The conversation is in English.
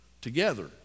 together